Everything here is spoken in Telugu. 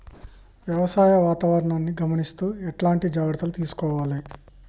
వ్యవసాయ వాతావరణాన్ని గమనిస్తూ ఎట్లాంటి జాగ్రత్తలు తీసుకోవాలే?